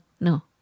no